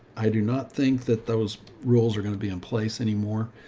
i do not think that those rules are going to be in place anymore.